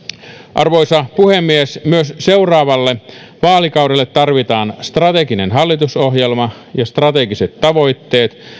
arvoisa puhemies myös seuraavalle vaalikaudelle tarvitaan strateginen hallitusohjelma ja strategiset tavoitteet